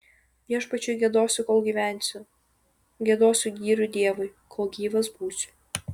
viešpačiui giedosiu kol gyvensiu giedosiu gyrių dievui kol gyvas būsiu